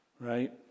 Right